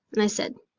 and i said,